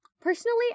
Personally